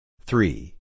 Three